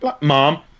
Mom